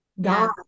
God